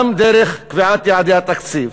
גם דרך קביעת יעדי התקציב.